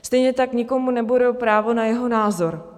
Stejně tak nikomu neberu právo na jeho názor.